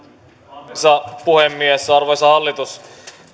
arvoisa puhemies arvoisa hallitus